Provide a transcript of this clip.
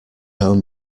home